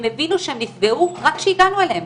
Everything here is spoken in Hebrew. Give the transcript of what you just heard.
הבינו שהן נפגעו רק כשהגענו אליהן.